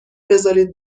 بزارید